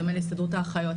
בדומה להסתדרות האחיות,